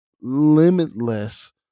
Limitless